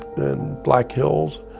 in black hills,